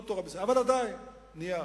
אבל עדיין נייר.